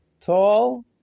tall